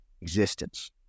existence